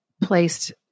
placed